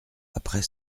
après